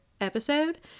episode